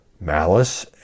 malice